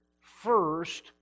first